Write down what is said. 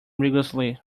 rigourously